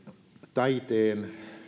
taiteen